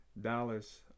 Dallas